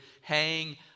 hang